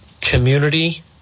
community